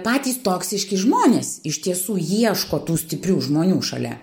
patys toksiški žmonės iš tiesų ieško tų stiprių žmonių šalia